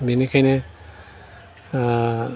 बिनिखायनो